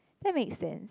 that makes sense